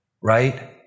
right